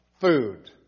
food